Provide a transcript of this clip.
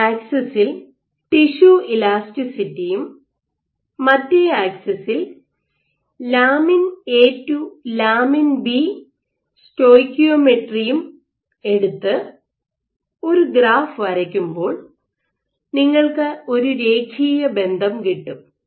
ഒരു ആക്സിസിൽ tissue elasticity യും മറ്റേ ആക്സിസിൽ lamin A to lamin B സ്റ്റോഷിയോമെട്രിയും എടുത്ത് ഒരു ഗ്രാഫ് വരയ്ക്കുമ്പോൾ നിങ്ങൾക്ക് ഒരു രേഖീയ ബന്ധം കിട്ടും